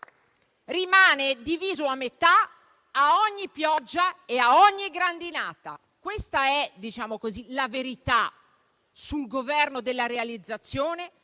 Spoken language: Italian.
rimane diviso a metà a ogni pioggia e a ogni grandinata. Questa è la verità sul Governo della realizzazione,